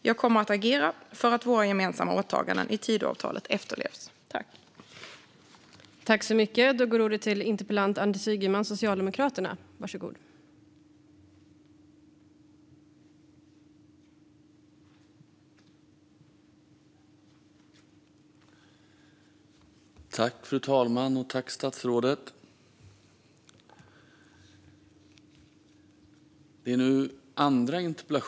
Jag kommer att agera för att våra gemensamma åtaganden i Tidöavtalet efterlevs.